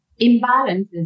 imbalances